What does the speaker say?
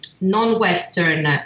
non-Western